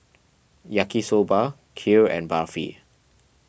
Yaki Soba Kheer and Barfi